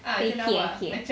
okay okay okay